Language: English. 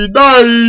die